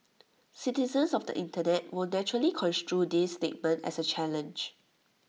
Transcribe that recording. citizens of the Internet will naturally construe this statement as A challenge